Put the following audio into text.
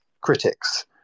critics